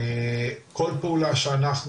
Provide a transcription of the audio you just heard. כל פעולה שאנחנו,